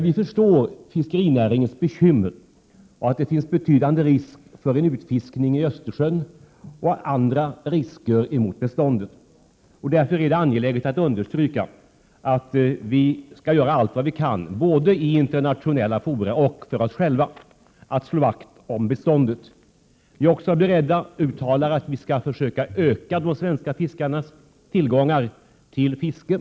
Vi förstår emellertid fiskerinäringens bekymmer för att det finns en betydande risk för utfiskning i Östersjön och även andra risker för beståndet. Därför är det angeläget att understryka att vi skall göra allt vi kan både i internationella fora och i Sverige för att slå vakt om beståndet. Vi är också beredda att uttala att vi skall försöka öka de svenska fiskarnas tillgång till fiske.